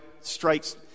strikes